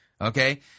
Okay